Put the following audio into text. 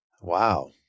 Wow